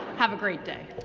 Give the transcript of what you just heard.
have a great day.